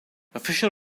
official